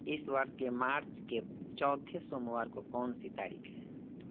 इस वर्ष के मार्च के चौथे सोमवार को कौनसी तारीख है